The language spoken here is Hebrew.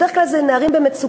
בדרך כלל זה נערים במצוקה,